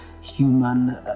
human